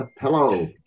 Hello